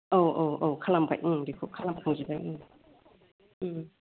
औ औ औ खालामबाय बेखौ खालामखांजोब्बाय